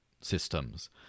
systems